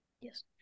Yes